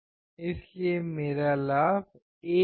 इसलिए मेरा लाभ 1 है